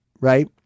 right